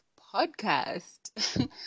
podcast